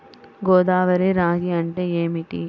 గోదావరి రాగి అంటే ఏమిటి?